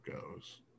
goes